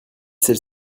celle